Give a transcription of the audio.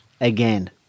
again